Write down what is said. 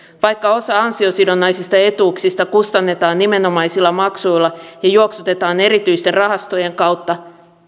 vaikka osa ansiosidonnaisista etuuksista kustannetaan nimenomaisilla maksuilla ja juoksutetaan erityisten rahastojen kautta